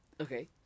Okay